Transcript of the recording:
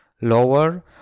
lower